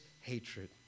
hatred